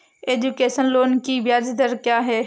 Education loan की ब्याज दर क्या है?